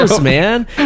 man